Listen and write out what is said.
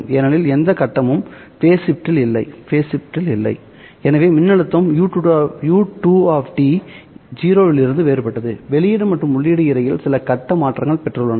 ஏனெனில் எந்த கட்ட மாற்றமும் இல்லை எனவே மின்னழுத்தம் u2 0 இலிருந்து வேறுபட்டது வெளியீடு மற்றும் உள்ளீட்டுக்கு இடையில் சில கட்ட மாற்றங்களை பெற்றுள்ளனர்